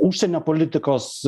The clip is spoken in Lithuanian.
užsienio politikos